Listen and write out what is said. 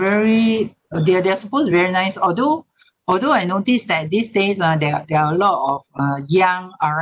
very uh they are they are supposed very nice although although I notice that these days ah there are there are a lot of uh young R_M